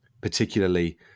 particularly